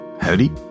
Howdy